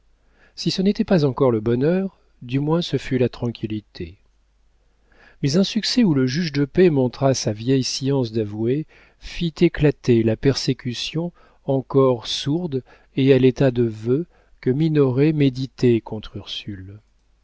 si ce n'était pas encore le bonheur du moins ce fut la tranquillité mais un succès où le juge de paix montra sa vieille science d'avoué fit éclater la persécution encore sourde et à l'état de vœu que minoret méditait contre ursule